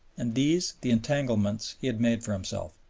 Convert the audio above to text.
and these the entanglements he had made for himself.